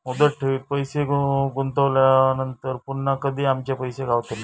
मुदत ठेवीत पैसे गुंतवल्यानंतर पुन्हा कधी आमचे पैसे गावतले?